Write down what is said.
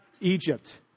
Egypt